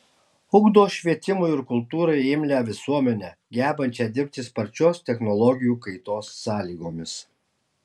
ugdo švietimui ir kultūrai imlią visuomenę gebančią dirbti sparčios technologijų kaitos sąlygomis